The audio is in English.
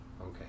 Okay